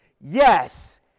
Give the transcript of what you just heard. Yes